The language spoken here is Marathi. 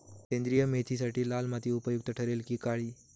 सेंद्रिय मेथीसाठी लाल माती उपयुक्त ठरेल कि काळी?